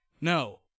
No